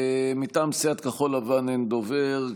מטעם סיעת כחול לבן אין דובר,